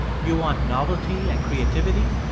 you want novelty and creativity?